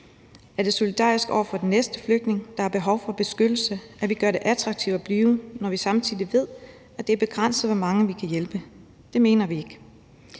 Er det solidarisk over for den næste flygtning, der har behov for beskyttelse, at vi gør det attraktivt at blive, når vi samtidig ved, at det er begrænset, hvor mange vi kan hjælpe? Det mener vi ikke.